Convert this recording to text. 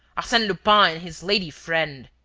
arsene lupin and his lady friend.